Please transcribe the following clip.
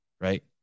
Right